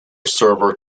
server